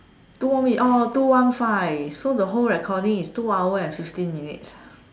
two more minutes oh two one five so the whole recording is two hours and fifteen minutes